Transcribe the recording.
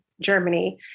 Germany